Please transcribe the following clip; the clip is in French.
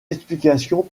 explication